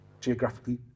geographically